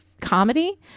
comedy